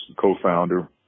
co-founder